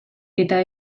eta